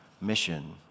mission